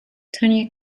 tonya